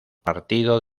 partido